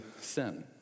sin